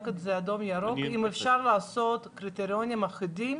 את זה אדום ירוק אם אפשר לעשות קריטריונים אחידים,